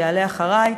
שיעלה אחרי,